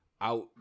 out